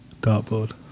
Dartboard